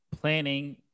planning